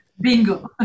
Bingo